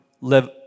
live